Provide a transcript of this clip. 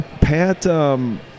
Pat